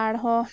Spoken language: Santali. ᱟᱨ ᱦᱚᱸ